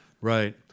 Right